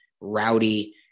rowdy